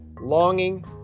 longing